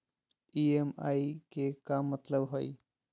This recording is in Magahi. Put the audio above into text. ई.एम.आई के का मतलब हई?